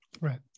right